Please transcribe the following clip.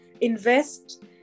invest